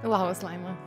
labas laima